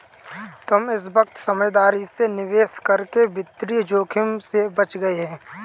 तुम इस वक्त समझदारी से निवेश करके वित्तीय जोखिम से बच गए